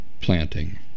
planting